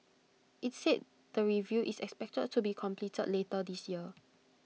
IT said the review is expected to be completed later this year